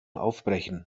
aufbrechen